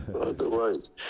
Otherwise